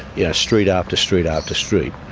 yeah street after street after street,